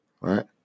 Right